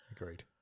agreed